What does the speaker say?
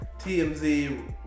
TMZ